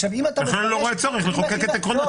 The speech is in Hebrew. לכן אני לא רואה צורך לחוקק את העקרונות